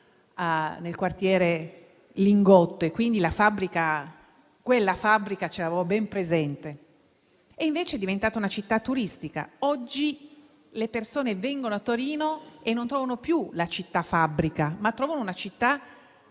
nel quartiere Lingotto e quindi quella fabbrica ce l'avevo ben presente. E invece Torino è diventata una città turistica e oggi le persone che vi arrivano non trovano più la città fabbrica, ma trovano una città